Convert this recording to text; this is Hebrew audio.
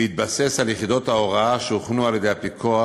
בהתבסס על יחידות ההוראה שהוכנו על-ידי הפיקוח